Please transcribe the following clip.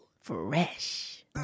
Fresh